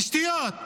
בשטויות,